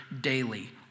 daily